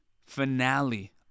finale